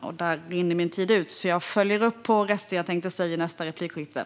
Nu rinner tiden ut, så jag följer upp med resten i nästa inlägg.